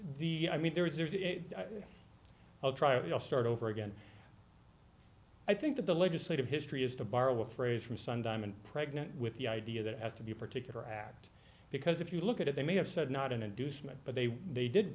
the i mean there is there's a i'll try if you'll start over again i think that the legislative history is to borrow a phrase from sun diamond pregnant with the idea that it has to be a particular act because if you look at it they may have said not an inducement but they they did